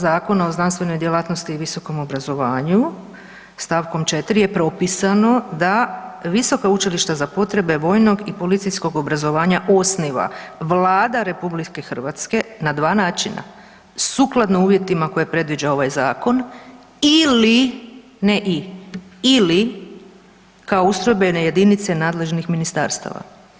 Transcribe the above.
Zakona o znanstvenoj djelatnosti i visokom obrazovanju, stavkom 4. je propisano da visoka učilišta za potrebe vojnog i policijskog obrazovanja osniva Vlada RH na dva načina, sukladno uvjetima koje predviđa ovaj zakon ili ne i, ili kao ustrojbene jedinice nadležnih ministarstava.